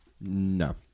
No